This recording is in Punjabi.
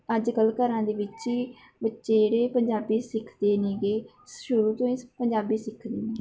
ਅੱਜ ਕੱਲ੍ਹ ਘਰਾਂ ਦੇ ਵਿੱਚ ਹੀ ਬੱਚੇ ਜਿਹੜੇ ਪੰਜਾਬੀ ਸਿੱਖਦੇ ਹੈਗੇ ਸ਼ੁਰੂ ਤੋਂ ਹੀ ਇਸ ਪੰਜਾਬੀ ਸਿੱਖਦੇ ਨੇ